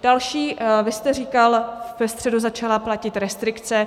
Dál jste říkal: ve středu začala platit restrikce.